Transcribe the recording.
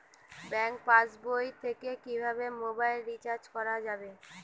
Bank পাশবই থেকে কিভাবে মোবাইল রিচার্জ করা যাবে?